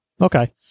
Okay